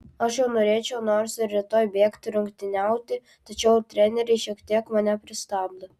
aš jau norėčiau nors ir rytoj bėgti rungtyniauti tačiau treneriai šiek tiek mane pristabdo